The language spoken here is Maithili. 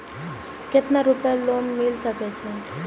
केतना रूपया लोन मिल सके छै?